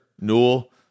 Newell